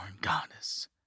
goddess